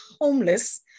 homeless